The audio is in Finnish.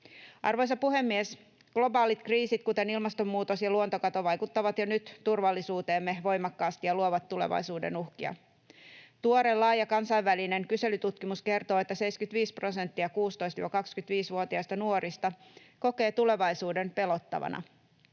Arvoisa puhemies! Globaalit kriisit, kuten ilmastonmuutos ja luontokato, vaikuttavat jo nyt turvallisuuteemme voimakkaasti ja luovat tulevaisuuden uhkia. Tuore, laaja kansainvälinen kyselytutkimus kertoo, että 75 prosenttia 16—25-vuotiaista nuorista kokee tulevaisuuden pelottavana.